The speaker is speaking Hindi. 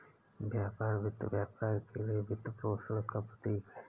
व्यापार वित्त व्यापार के लिए वित्तपोषण का प्रतीक है